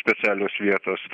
specialios vietos